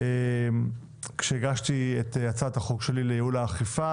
אז הגשתי את הצעת החוק שלי לייעול האכיפה